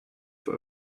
für